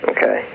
Okay